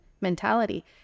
mentality